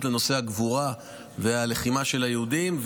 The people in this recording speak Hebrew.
לנושא הגבורה והלחימה של היהודים.